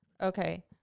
Okay